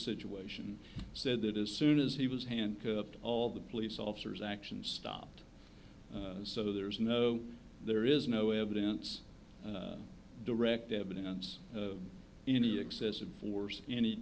situation said that as soon as he was handcuffed all the police officers actions stopped so there is no there is no evidence direct evidence any excessive force any